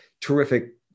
terrific